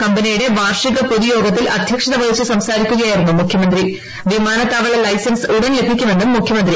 കമ്പനിയുടെ വാർഷിക പൊതുയോഗത്തിൽ അധ്യക്ഷത വഹിച്ചു സംസാരിക്കുകയായിരുന്നു വിമാനത്താവള ലൈസൻസ് ഉടൻ ലഭിക്കുമെന്നും മുഖ്യമന്ത്രി